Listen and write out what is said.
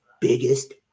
biggest